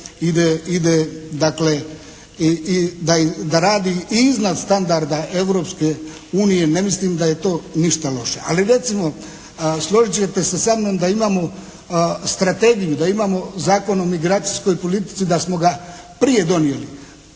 ide dakle da radi i iznad standarda Europske unije, ne mislim da je to ništa loše. Ali recimo složit ćete se sa mnom da imamo strategiju, da imamo Zakon o migracijskoj politici, da smo ga prije donijeli,